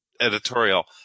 editorial